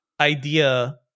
idea